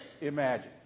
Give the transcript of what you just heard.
Imagine